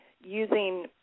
Using